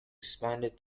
expanded